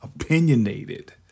opinionated